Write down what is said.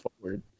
forward